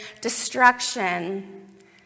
destruction